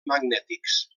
magnètics